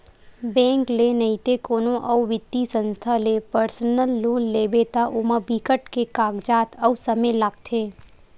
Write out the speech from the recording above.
bank ले नइते कोनो अउ बित्तीय संस्था ले पर्सनल लोन लेबे त ओमा बिकट के कागजात अउ समे लागथे